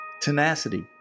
Tenacity